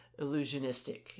illusionistic